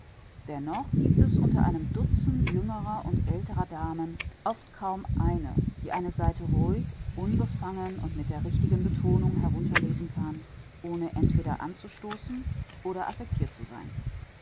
dennoch giebt es unter einem dutzend jüngerer und älterer damen oft kaum eine die eine seite ruhig unbefangen und mit der richtigen betonung herunterlesen kann ohne entweder anzustoßen oder affectirt zu sein